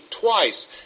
twice